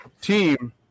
team